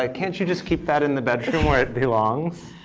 ah can't you just keep that in the bedroom where it belongs?